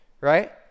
right